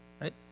right